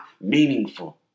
meaningful